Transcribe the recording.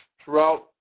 throughout